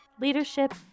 leadership